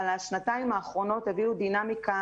אבל השנתיים האחרונות הביאו דינמיקה